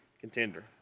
Contender